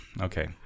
Okay